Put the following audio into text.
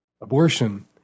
Abortion